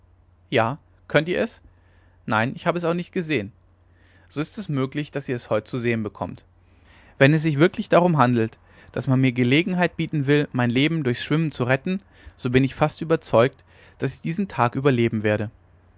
ja könnt ihr es nein ich habe es auch nicht gesehen so ist es möglich daß ihr es heut zu sehen bekommt wenn es sich wirklich darum handelt daß man mir gelegenheit bieten will mein leben durchs schwimmen zu retten so bin ich fast überzeugt daß ich diesen tag überleben werde